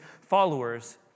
followers